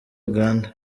uganda